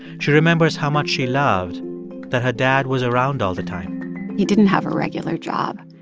she remembers how much she loved that her dad was around all the time he didn't have a regular job,